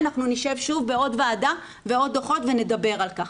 אנחנו נשב שוב בעוד ועדה ועוד דו"חות ונדבר על כך.